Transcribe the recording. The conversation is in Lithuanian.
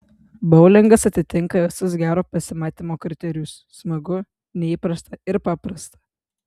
boulingas atitinka visus gero pasimatymo kriterijus smagu neįprasta ir paprasta